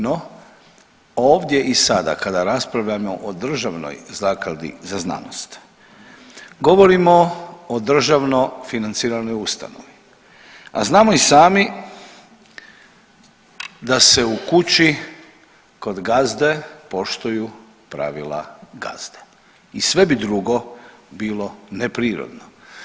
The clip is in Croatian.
No, ovdje i sada kada raspravljamo o državnoj zakladi za znanost govorimo o državno financiranoj ustanovi, a znamo i sami da se u kući kod gazde poštuju pravila gazde i sve bi drugo bilo neprirodno.